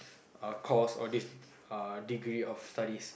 uh course or this uh degree of studies